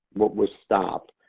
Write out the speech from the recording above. what was stopped,